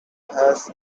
hatch